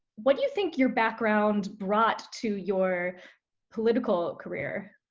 what do you think your background brought to your political career?